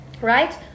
right